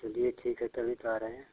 चलिए ठीक है तभी तो आ रहे हैं